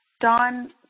Don